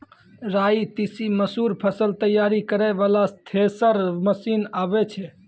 राई तीसी मसूर फसल तैयारी करै वाला थेसर मसीन आबै छै?